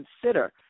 consider